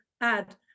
add